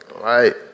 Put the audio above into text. Right